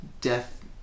death